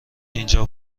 اینجا